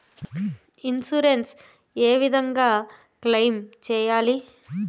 Insurance ఏ విధంగా claim సేయాలి?